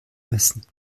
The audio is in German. messen